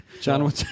John